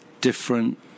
different